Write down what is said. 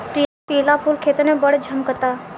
पिला फूल खेतन में बड़ झम्कता